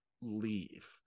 leave